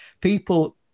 people –